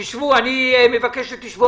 אני מבקש שתשבו.